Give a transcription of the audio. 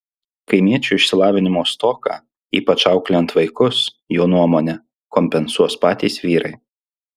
kaimiečių išsilavinimo stoką ypač auklėjant vaikus jo nuomone kompensuos patys vyrai